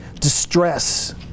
distress